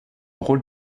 rôle